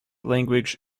language